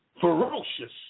ferocious